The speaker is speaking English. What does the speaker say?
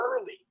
early